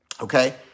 okay